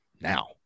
now